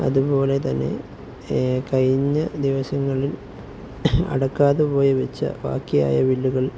അതുപോലെ തന്നെ കഴിഞ്ഞ ദിവസങ്ങളിൽ അടയ്ക്കാതെ പോയി വെച്ച ബാക്കിയായ ബില്ലുകൾ